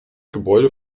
gebäude